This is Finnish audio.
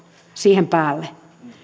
siihen päälle